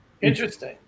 Interesting